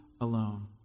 alone